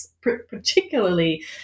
particularly